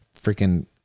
Freaking